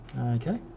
Okay